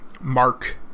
Mark